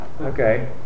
Okay